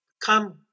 come